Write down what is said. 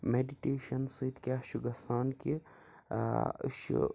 meditation سۭتۍ کیٚاہ چھُ گژھان کہِ ٲں أسۍ چھِ